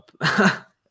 up